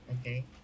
Okay